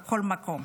בכל מקום,